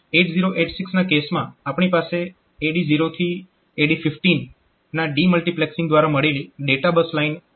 8086 ના કેસમાં આપણી પાસે AD0 થી AD15 ના ડીમલ્ટીપ્લેક્સિંગ દ્વારા મેળવેલી ડેટા બસ લાઇન 16 બીટની હોય છે